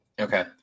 Okay